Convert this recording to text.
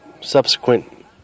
subsequent